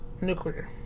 nuclear